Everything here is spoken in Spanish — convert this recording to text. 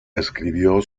escribió